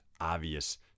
obvious